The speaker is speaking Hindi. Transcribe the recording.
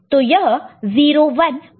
तो यह 0 1 बन चुका है